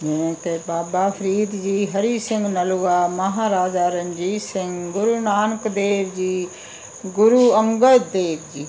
ਜਿਵੇਂ ਕਿ ਬਾਬਾ ਫਰੀਦ ਜੀ ਹਰੀ ਸਿੰਘ ਨਲੂਆ ਮਹਾਰਾਜਾ ਰਣਜੀਤ ਸਿੰਘ ਗੁਰੂ ਨਾਨਕ ਦੇਵ ਜੀ ਗੁਰੂ ਅੰਗਦ ਦੇਵ ਜੀ